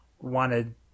wanted